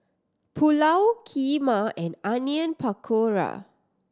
Pulao Kheema and Onion Pakora